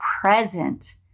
present